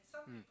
mm